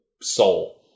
soul